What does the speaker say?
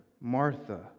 Martha